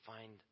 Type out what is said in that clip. find